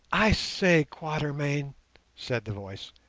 i say, quatermain said the voice.